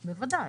בוודאי.